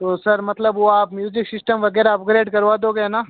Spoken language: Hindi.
तो सर मतलब वह आप म्यूजिक सिस्टम वगैरह अपग्रेड करवा दोगे ना